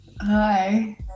Hi